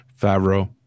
Favreau